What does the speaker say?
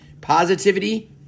positivity